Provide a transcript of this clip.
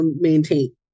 maintain